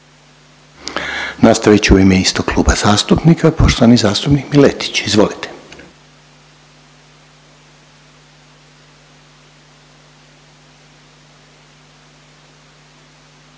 Nastavit će u ime istog kluba zastupnika poštovani zastupnik Miletić. Izvolite.